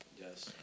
Yes